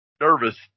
nervous